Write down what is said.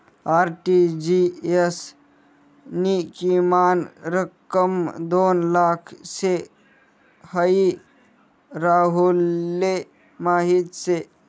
RTGS नी किमान रक्कम दोन लाख शे हाई राहुलले माहीत शे